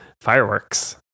fireworks